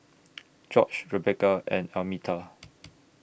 George Rebeca and Almeta